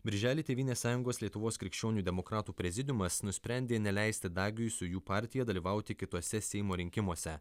birželį tėvynės sąjungos lietuvos krikščionių demokratų prezidiumas nusprendė neleisti dagiui su jų partija dalyvauti kituose seimo rinkimuose